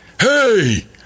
Hey